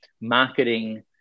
marketing